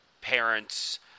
parents